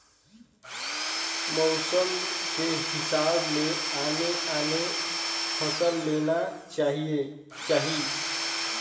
मउसम के हिसाब ले आने आने फसल लेना चाही